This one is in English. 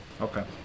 Okay